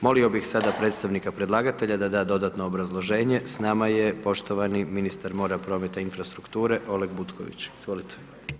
Molio bih sada predstavnika predlagatelja da da dodatno obrazloženje, s nama je poštovani ministar mora, prometa i infrastrukture Oleg Butković, izvolite.